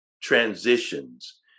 transitions